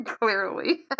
clearly